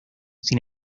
sin